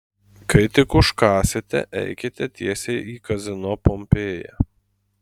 kai tik užkąsite eikite tiesiai į kazino pompėja